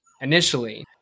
initially